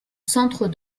centre